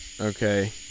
Okay